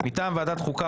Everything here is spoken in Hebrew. מטעם ועדת החוקה,